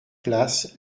place